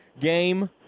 game